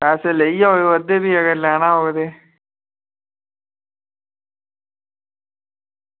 पैसे लेइयै आएओ अद्धे फ्ही अगर लैना होग ते